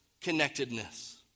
connectedness